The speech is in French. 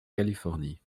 californie